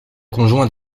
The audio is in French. conjoint